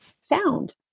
sound